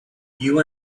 you